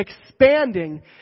expanding